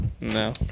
No